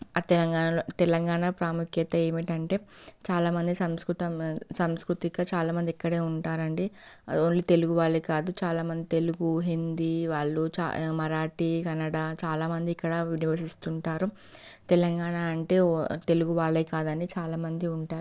ఆ తెలంగాణలో తెలంగాణ ప్రాముఖ్యత ఏమిటంటే చాలా మంది సంస్కృత సంస్కృతిక చాలా మంది ఇక్కడే ఉంటారండి ఓన్లీ తెలుగు వాళ్ళే కాదు చాలా మంది తెలుగు హిందీ వాళ్ళు చాలా మరాఠీ కనడా చాలా మంది ఇక్కడ నివసిస్తూ ఉంటారు తెలంగాణ అంటే ఓ తెలుగు వాళ్ళే కాదండి చాలామంది ఉంటారు